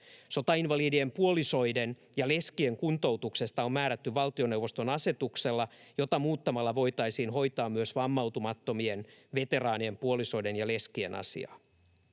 Sotainvalidien puolisoiden ja leskien kuntoutuksesta on määrätty valtioneuvoston asetuksella, jota muuttamalla voitaisiin hoitaa myös vammautumattomien veteraanien puolisoiden ja leskien asiaa.